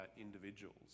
individuals